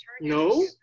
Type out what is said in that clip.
No